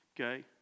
Okay